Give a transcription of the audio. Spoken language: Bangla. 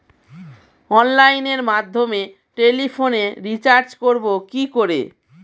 অনলাইনের মাধ্যমে টেলিফোনে রিচার্জ করব কি করে?